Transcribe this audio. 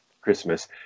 christmas